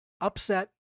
upset